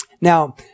now